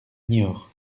niort